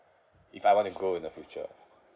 if I want to go in the future